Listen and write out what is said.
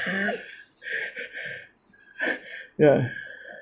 ya